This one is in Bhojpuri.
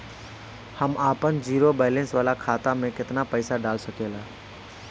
हम आपन जिरो बैलेंस वाला खाता मे केतना पईसा डाल सकेला?